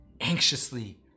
anxiously